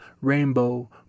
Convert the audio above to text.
Rainbow